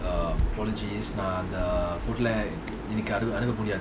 um apologies அந்தவீட்லஎனக்குயாரும்புரியாது:andha veetla enakku yarum puriathu